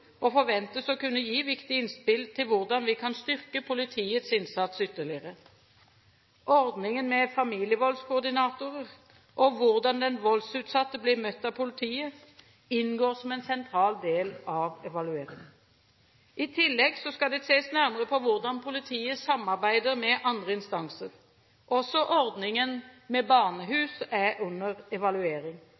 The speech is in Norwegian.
og forventes å kunne gi viktige innspill til hvordan vi kan styrke politiets innsats ytterligere. Ordningen med familievoldskoordinatorer og hvordan den voldsutsatte blir møtt av politiet, inngår som en sentral del av evalueringen. I tillegg skal det ses nærmere på hvordan politiet samarbeider med andre instanser. Også ordningen med barnehus er under evaluering.